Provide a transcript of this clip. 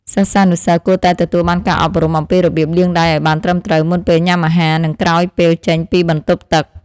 សិស្សានុសិស្សគួរតែទទួលបានការអប់រំអំពីរបៀបលាងដៃឱ្យបានត្រឹមត្រូវមុនពេលញ៉ាំអាហារ និងក្រោយពេលចេញពីបន្ទប់ទឹក។